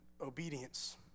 obedience